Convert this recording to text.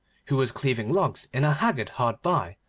who was cleaving logs in a haggard hard by,